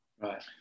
right